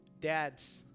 dads